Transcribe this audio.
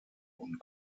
und